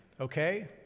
Okay